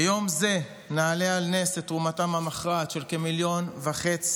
ביום זה נעלה על נס את תרומתם המכרעת של כמיליון וחצי